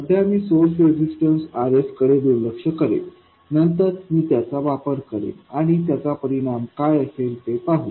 सध्या मी source resistance RSकडे दुर्लक्ष करेन नंतर मी त्याचा वापर करेन आणि त्याचा परिणाम काय असेल ते पाहू